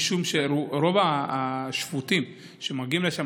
משום שרוב השפוטים שמגיעים לשם,